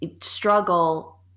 struggle